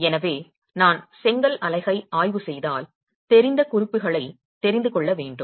எனவே நான் செங்கல் அலகை ஆய்வு செய்தால் தெரிந்த குறிப்புகளை தெரிந்து கொள்ள வேண்டும்